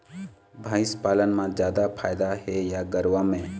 भंइस पालन म जादा फायदा हे या गरवा में?